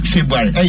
February